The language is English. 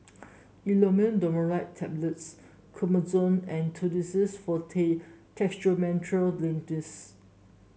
Imodium Loperamide Tablets Omeprazole and Tussidex Forte Dextromethorphan Linctus